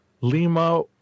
Lima